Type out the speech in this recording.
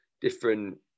different